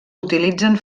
utilitzen